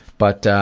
but